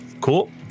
Cool